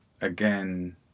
again